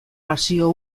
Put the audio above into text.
pasio